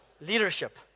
leadership